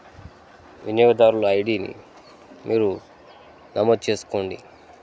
వినియోగదారుల ఐడిని మీరు నమోదు చేసుకోండి